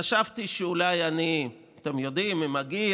חשבתי שאולי הזיכרון ברח לי, אתם יודעים, הגיל.